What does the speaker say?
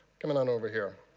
come and on over here.